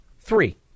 Three